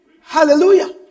Hallelujah